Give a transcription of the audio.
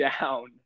down